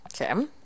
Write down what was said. Okay